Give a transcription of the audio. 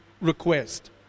request